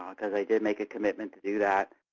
because i did make a commitment to do that.